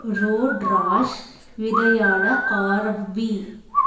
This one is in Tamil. ரோட் ராஷ் விளையாட ஆரம்பி